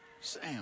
Sam